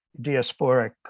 diasporic